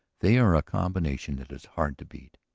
they are a combination that is hard to beat.